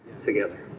together